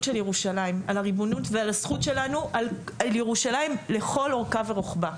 העיר ירושלים וזכותנו עליה לכל אורכה ורוחבה.